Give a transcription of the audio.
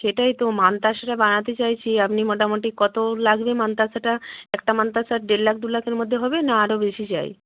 সেটাই তো মানতাশাটা বানাতে চাইছি আপনি মোটামুটি কত লাগবে মানতাশাটা একটা মানতাশা দেড় লাখ দু লাখের মধ্যে হবে না আরও বেশি চাই